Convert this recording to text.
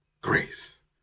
grace